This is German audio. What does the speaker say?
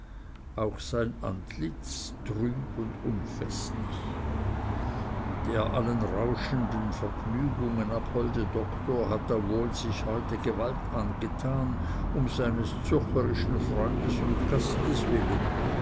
auch war sein antlitz trüb und unfestlich der allen rauschenden vergnügungen abholde doktor hatte wohl sich heute gewalt angetan um seines zürcherischen freundes und gastes willen